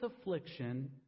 affliction